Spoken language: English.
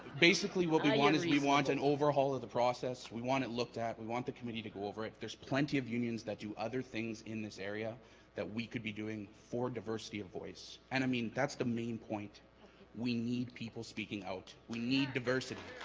basically will be one as you want an overhaul of the process we want it looked at we want the committee to go over it there's plenty of unions that do other things in this area that we could be doing for diversity of voice and i mean that's the main point we need people speaking out we need diversity